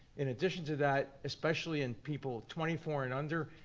in addition to that, especially in people twenty four and under,